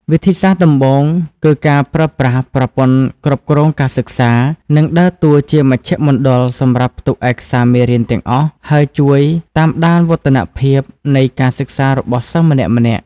វិធីសាស្ត្រដំបូងគឺការប្រើប្រាស់ ប្រព័ន្ធគ្រប់គ្រងការសិក្សា ដែលដើរតួជាមជ្ឈមណ្ឌលសម្រាប់ផ្ទុកឯកសារមេរៀនទាំងអស់ ហើយជួយតាមដានវឌ្ឍនភាពនៃការសិក្សារបស់សិស្សម្នាក់ៗ។